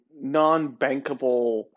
non-bankable